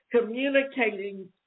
communicating